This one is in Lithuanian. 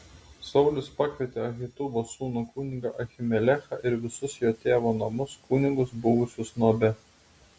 saulius pakvietė ahitubo sūnų kunigą ahimelechą ir visus jo tėvo namus kunigus buvusius nobe